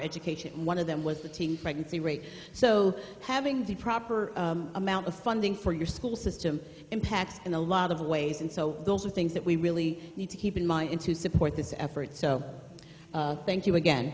education one of them was the teen pregnancy rate so having the proper amount of funding for your school system impacts in a lot of ways and so those are things that we really need to keep in mind in to support this effort so thank you again